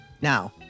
Now